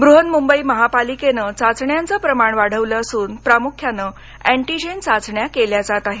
बृहन्मुंबई महापालिकेनं चाचण्यांचं प्रमाण वाढवलं असून प्रमुख्यानं एटीजेन चाचण्या केल्या जात आहेत